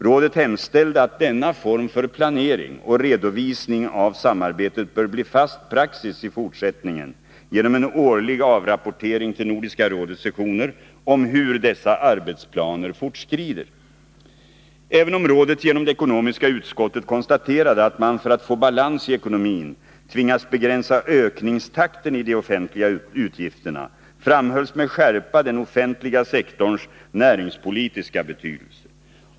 Rådet hemställde att denna form för planering och redovisning av samarbetet i fortsättningen skall bli fast praxis genom en årlig avrapportering till Nordiska rådets sessioner om hur dessa arbetsplaner fortskrider. Även om rådet genom det ekonomiska utskottet konstaterade att man för att få balans i ekonomin tvingas begränsa ökningstakten i de offentliga utgifterna, framhölls med skärpa den offentliga sektorns näringspolitiska betydelse.